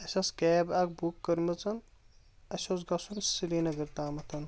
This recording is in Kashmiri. اسہِ ٲسۍ کیب اکھ بُک کٔرمٕژن اسہِ اوس گژھُن سرینگر تامتھن